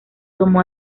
tomó